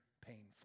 painful